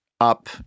up